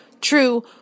True